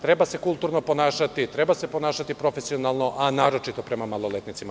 Treba se kulturno ponašati, treba se ponašati profesionalno, a naročito prema maloletnicima.